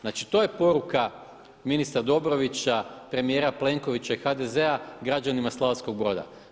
Znači to je poruka ministra Dobrovića, premijera Plenkovića i HDZ-a građanima Slavonskog Broda.